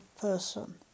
person